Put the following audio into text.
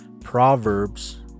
proverbs